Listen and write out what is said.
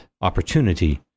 opportunity